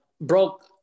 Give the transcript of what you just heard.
broke